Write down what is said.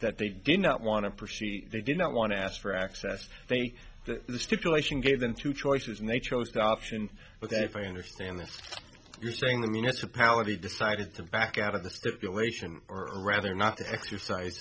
that they did not want to proceed they did not want to ask for access they the stipulation gave them two choices and they chose that option but that if i understand this you're saying the municipality decided to back out of the stipulation or rather not exercise